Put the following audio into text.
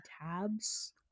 tabs